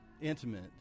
intimate